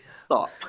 Stop